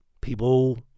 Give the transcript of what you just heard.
people